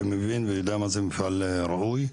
ומבין ויודע מה זה מפעל ראוי,